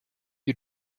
you